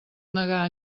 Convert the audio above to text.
negar